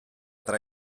tra